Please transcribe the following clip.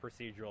procedural